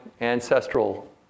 ancestral